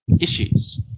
issues